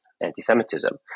anti-Semitism